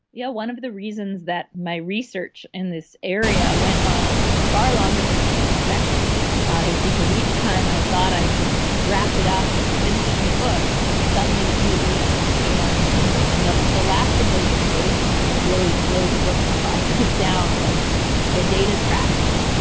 yeah one of the reasons that my research in this area went on far longer than i had expected is because each time i thought i could wrap it up and finish the book, some new innovation came on the scene. and the the last of those innovations that really slowed the book process down was the data tracking.